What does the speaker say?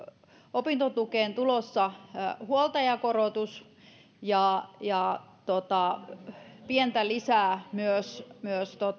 opintotukeen tulossa huoltajakorotus ja ja pientä lisää myös myös